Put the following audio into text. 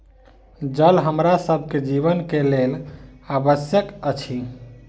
जल हमरा सभ के जीवन के लेल आवश्यक अछि